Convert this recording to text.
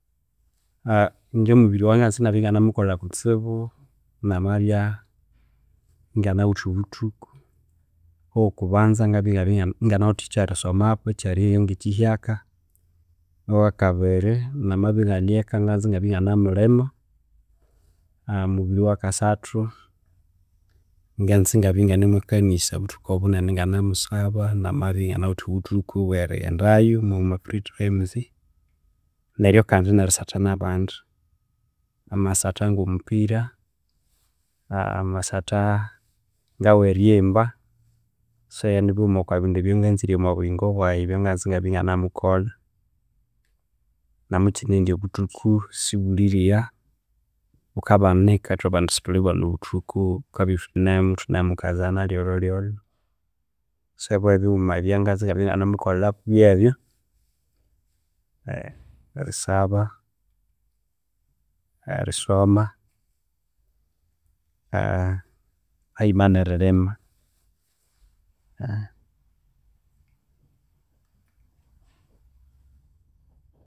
Ingye omubiri owanganza inabyeinganimukolha kutsibu ngamabya inganawithe obuthuku owokubanza nganza engabya enganawithe ekyerisoma ekyeryigha nge kihyaka owakabiri ngamabya enganeka nganza engabya enganimulhima, omubiri owakasathu nganza engabya engane omwakanisa obuthuku obunene enganimusaba namabya enganawithe obuthuku obwerighendayu ngo mwa free times neryu kandi ne risatha nabandi amasatha ngo omupira, amasatha ngaweryimba so ni bighuma okwa bindi ebyanganzire engamemukolha nomukine indi obuthuku sibulhilhigha ghukabana ithwe bandi sithulhibana obuthuku thukabya ithunemu ithune mukazana lhyolholhyolho, so ebyo byebighuma ebyanganza engabya engani enganimukolhako byebyu erisaba, erisoma, haghima nerilhima.